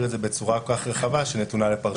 את זה בצורה כל כך רחבה שנתונה לפרשנות.